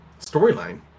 storyline